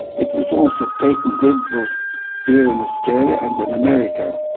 it was also patented both here in australia and in america.